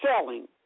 selling